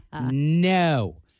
No